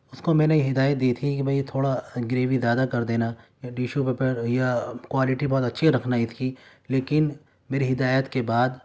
اس کو میں نے یہ ہدایت دی تھی کہ بھائی تھوڑا گریوی زیادہ کر دینا یا ڈشو پیپر یا کوالٹی بہت اچھی رکھنا اس کی لیکن میری ہدایت کے بعد